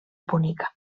púnica